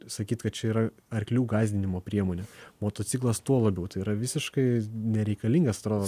sakyt kad čia yra arklių gąsdinimo priemonė motociklas tuo labiau tai yra visiškai nereikalingas atrodo